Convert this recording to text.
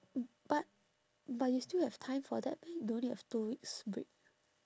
but but you still have time for that meh don't you have two weeks break